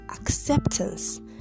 acceptance